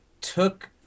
took